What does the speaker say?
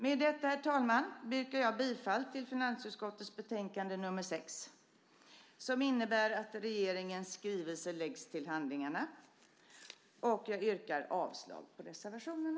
Med detta, herr talman, yrkar jag bifall till förslaget i finansutskottets betänkande nr 6, som innebär att regeringens skrivelse läggs till handlingarna. Jag yrkar avslag på reservationerna.